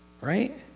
Right